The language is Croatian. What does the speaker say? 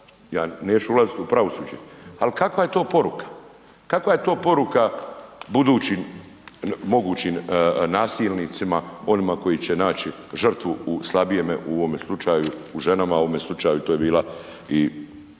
neću ulaziti u pravosuđe, ali kakva je to poruka? Kakva je to poruka budućim mogućim nasilnicima onima koji će naći žrtvu u slabijem, u ovom slučaju u ženama u ovom slučaju to je bila i